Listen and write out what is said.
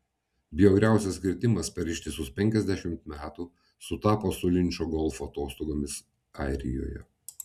bjauriausias kritimas per ištisus penkiasdešimt metų sutapo su linčo golfo atostogomis airijoje